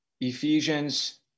Ephesians